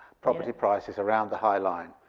property prices around the high line?